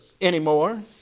anymore